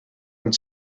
and